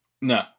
No